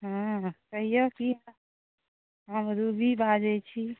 हँ कहियौ की हाल हम रूबी बाजैत छी